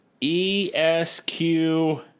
E-S-Q